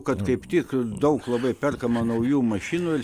kad kaip tik daug labai perkama naujų mašinų ir